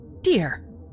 Dear